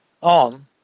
on